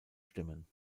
stimmen